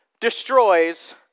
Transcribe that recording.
destroys